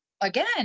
again